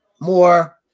more